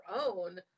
own